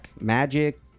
magic